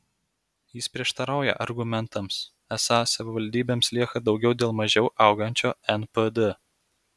jis prieštarauja argumentams esą savivaldybėms lieka daugiau dėl mažiau augančio npd